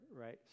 right